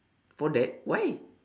for that why